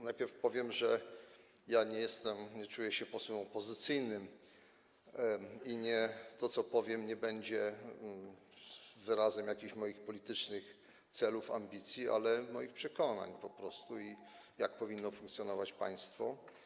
Najpierw powiem, że ja nie jestem, nie czuję się posłem opozycyjnym i że to, co powiem, będzie wyrazem nie jakichś moich politycznych celów, ambicji, ale moich przekonań po prostu co do tego, jak powinno funkcjonować państwo.